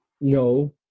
no